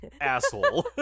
asshole